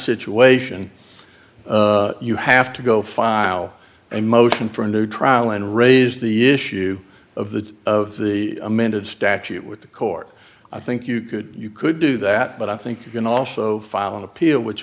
situation you have to go file a motion for a new trial and raise the issue of the of the amended statute with the court i think you could you could do that but i think you can also file an appeal which